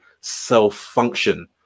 self-function